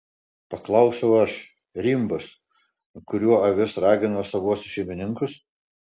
paklausiau aš rimbas kuriuo avis ragino savuosius šeimininkus